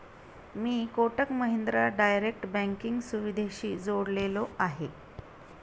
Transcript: मी Kotak Mahindra direct banking सुविधेशी जोडलेलो आहे?